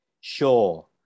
Sure